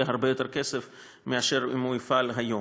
הרבה יותר כסף מאשר אם הוא יפעל היום.